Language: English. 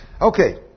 Okay